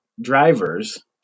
drivers